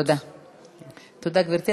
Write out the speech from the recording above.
תודה, גברתי.